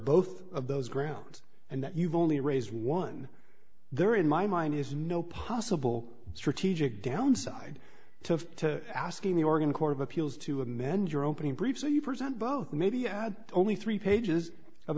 both of those grounds and you've only raise one there in my mind is no possible strategic downside to asking the organ court of appeals to amend your opening brief so you present both maybe add only three pages of